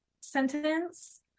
sentence